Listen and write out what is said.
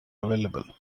available